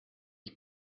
ich